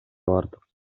бардык